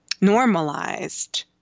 normalized